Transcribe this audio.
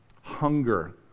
hunger